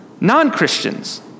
non-Christians